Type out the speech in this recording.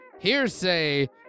Hearsay